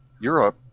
Europe